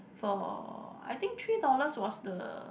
for I think three dollars was the